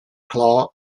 claw